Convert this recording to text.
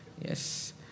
Yes